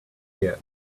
here